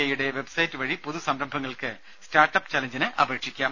ഐയുടെ വെബ്സൈററ് വഴി പുതുസംരംഭങ്ങൾക്ക് സ്റ്റാർട്ട് അപ്പ് ചലഞ്ചിന് അപേക്ഷിക്കാം